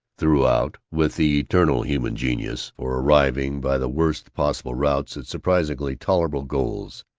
throughout, with the eternal human genius for arriving by the worst possible routes at surprisingly tolerable goals,